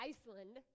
Iceland